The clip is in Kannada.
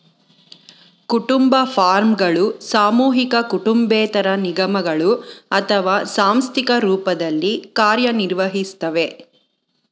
ಕುಟುಂಬ ಫಾರ್ಮ್ಗಳು ಸಾಮೂಹಿಕ ಕುಟುಂಬೇತರ ನಿಗಮಗಳು ಅಥವಾ ಸಾಂಸ್ಥಿಕ ರೂಪದಲ್ಲಿ ಕಾರ್ಯನಿರ್ವಹಿಸ್ತವೆ